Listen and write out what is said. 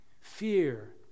Fear